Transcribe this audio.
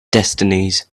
destinies